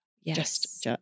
Yes